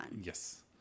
Yes